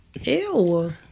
Ew